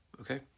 Okay